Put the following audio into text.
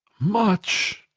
much!